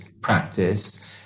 practice